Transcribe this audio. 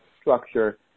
structure